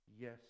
yes